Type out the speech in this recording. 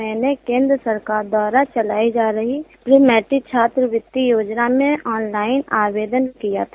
मैने केन्द्र सरकार द्वारा चलाई जा रही रोमैत्री छात्रवृत्ति योजना में आन लाइन आवेदन किया था